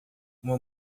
uma